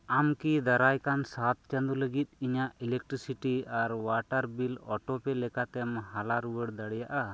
ᱟᱢ ᱠᱤ ᱫᱟᱨᱟᱭ ᱥᱟᱛ ᱪᱟᱸᱫᱚ ᱞᱟᱹᱜᱤᱫ ᱤᱧᱟᱹᱜ ᱤᱞᱮᱠᱴᱨᱤᱥᱤᱴᱤ ᱟᱨ ᱚᱣᱟᱴᱟᱨ ᱵᱤᱞ ᱚᱴᱳᱯᱮ ᱞᱮᱠᱟᱛᱮᱢ ᱦᱟᱞᱟ ᱨᱩᱣᱟᱹᱲ ᱫᱟᱲᱮᱭᱟᱜᱼᱟ